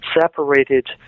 separated